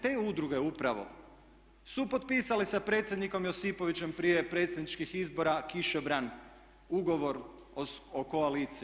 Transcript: Te udruge upravo su potpisale sa predsjednikom Josipovićem prije predsjedničkih izbora kišobran, ugovor o koaliciji.